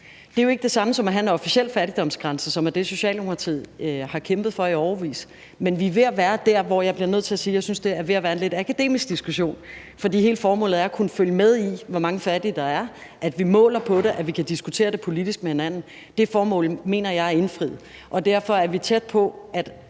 Det er jo ikke det samme som at have en officiel fattigdomsgrænse, som er det, Socialdemokratiet har kæmpet for i årevis. Men vi er ved at være der, hvor jeg bliver nødt til at sige, at jeg synes, det er ved at være en lidt akademisk diskussion, for hele formålet er at kunne følge med i, hvor mange fattige der er; at vi måler på det; at vi kan diskutere det politisk med hinanden. Det formål mener jeg er indfriet, og derfor er vi tæt på, at